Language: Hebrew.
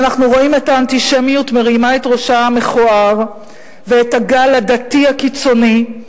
ואנחנו רואים את האנטישמיות מרימה את ראשה המכוער ואת הגל הדתי הקיצוני,